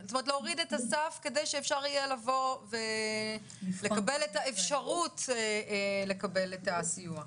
להוריד את הסף כדי שאפשר יהיה לבוא ולקבל את האפשרות לקבל את הסיוע.